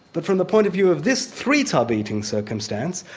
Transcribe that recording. but from the point of view of this three tub eating circumstance,